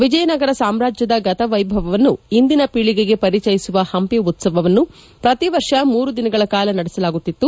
ವಿಜಯನಗರ ಸಾಮ್ರಾಜ್ಯದ ಗತವೈಭವವನ್ನು ಇಂದಿನ ಪೀಳಿಗೆಗೆ ಪರಿಚಯಿಸುವ ಹಂಪಿ ಉತ್ಸವವನ್ನು ಪ್ರತಿ ವರ್ಷ ಮೂರು ದಿನಗಳ ಕಾಲ ನಡೆಸಲಾಗುತ್ತಿತ್ತು